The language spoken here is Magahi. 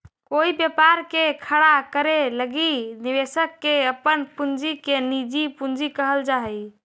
कोई व्यापार के खड़ा करे लगी निवेशक के अपन पूंजी के निजी पूंजी कहल जा हई